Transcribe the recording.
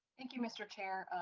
thank you, mister chair.